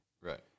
Right